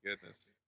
goodness